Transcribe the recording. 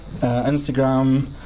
Instagram